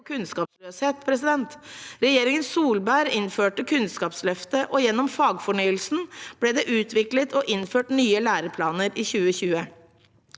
på kunnskapsløshet. Regjeringen Solberg innførte Kunnskapsløftet, og gjennom fagfornyelsen ble det utviklet og innført nye læreplaner i 2020.